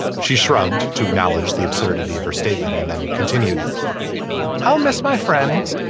she shrugged to acknowledge the absurdity of her statement and then continued i'll miss my friends.